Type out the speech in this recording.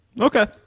Okay